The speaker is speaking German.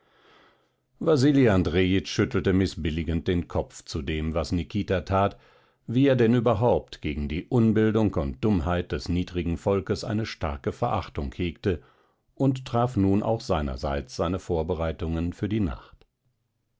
andrejitsch schüttelte mißbilligend den kopf zu dem was nikita tat wie er denn überhaupt gegen die unbildung und dummheit des niedrigen volkes eine starke verachtung hegte und traf nun auch seinerseits seine vorbereitungen für die nacht